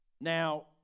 Now